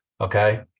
Okay